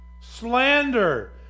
slander